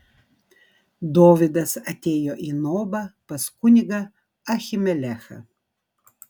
dovydas atėjo į nobą pas kunigą ahimelechą